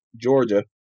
Georgia